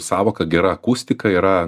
sąvoka gera akustika yra